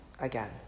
again